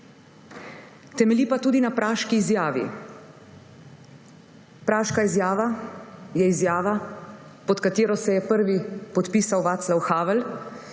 temelji pa tudi na Praški izjavi. Praška izjava je izjava, pod katero se je prvi podpisal Václav Havel